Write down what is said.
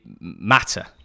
matter